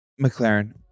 McLaren